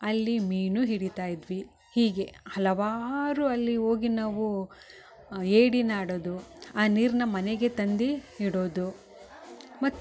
ಅಲ್ಲಿ ಮೀನು ಹಿಡಿತಾ ಇದ್ವಿ ಹೀಗೆ ಹಲವಾರು ಅಲ್ಲಿ ಹೋಗಿ ನಾವು ಏಡಿನ ಆಡೊದು ಆ ನೀರನ್ನ ಮನೆಗೆ ತಂದು ಇಡೋದು